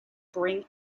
bring